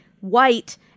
white